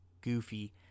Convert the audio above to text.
goofy